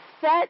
set